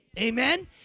amen